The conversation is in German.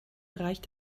reicht